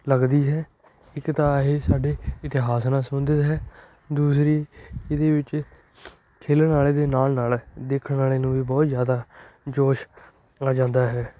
ਲੱਗਦੀ ਹੈ ਇੱਕ ਤਾਂ ਇਹ ਸਾਡੇ ਇਤਿਹਾਸ ਨਾਲ ਸੰਬੰਧਿਤ ਹੈ ਦੂਸਰੀ ਇਹਦੇ ਵਿੱਚ ਖੇਡਣ ਵਾਲੇ ਦੇ ਨਾਲ ਨਾਲ ਦੇਖਣ ਵਾਲੇ ਨੂੰ ਵੀ ਬਹੁਤ ਜ਼ਿਆਦਾ ਜੋਸ਼ ਆ ਜਾਂਦਾ ਹੈ